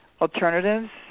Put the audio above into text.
alternatives